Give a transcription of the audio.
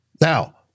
Now